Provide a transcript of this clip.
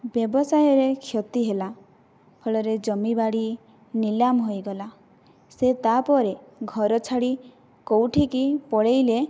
ବ୍ୟବସାୟରେ କ୍ଷତି ହେଲା ଫଳରେ ଜମିବାଡ଼ି ନିଲାମ ହୋଇଗଲା ସେ ତା'ପରେ ଘର ଛାଡ଼ି କେଉଁଠିକି ପଳେଇଲେ